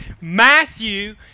Matthew